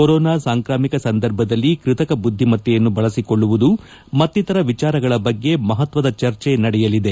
corona ಸಾಂಕ್ರಾಮಿಕ ಸಂದರ್ಭದಲ್ಲಿ ಕೃತಕ ಬುದ್ದಿಮತ್ತೆಯನ್ನು ಬಳಸಿಕೊಳ್ಳುವುದು ಮತ್ತಿತರ ವಿಚಾರಗಳ ಬಗ್ಗೆ ಮಹತ್ವದ ಚರ್ಚೆ ನಡೆಯಲಿದೆ